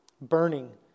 burning